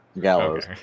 Gallows